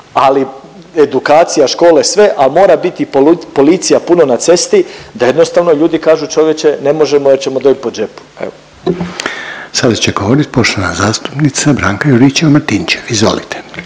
ali edukacija, škole sve, ali mora biti policija puno na cesti da jednostavno ljudi kažu čovječe ne možemo jer ćemo dobit po džepu. Evo. **Reiner, Željko (HDZ)** Sada će govorit poštovana zastupnica Branka Juričev-Martinčev. Izvolite.